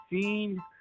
seen